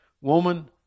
Woman